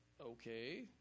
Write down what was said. okay